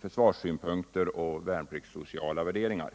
försvarssynpunkter, och utifrån värnpliktssociala värderingar.